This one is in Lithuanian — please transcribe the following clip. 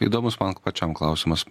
įdomus man pačiam klausimas